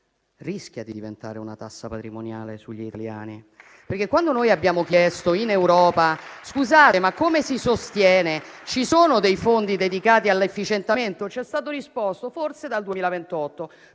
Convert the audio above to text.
rischia di diventare una tassa patrimoniale sugli italiani. Quando in Europa abbiamo chiesto: «Scusate, ma come si sostiene? Ci sono dei fondi dedicati all'efficientamento?»,